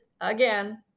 again